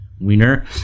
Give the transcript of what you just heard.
wiener